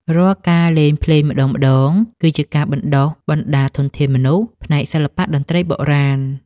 រាល់ការលេងភ្លេងម្ដងៗ គឺជាការបណ្ដុះបណ្ដាលធនធានមនុស្សផ្នែកសិល្បៈតន្ត្រីបុរាណ។